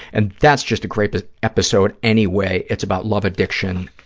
and that's just a great but episode anyway. it's about love addiction,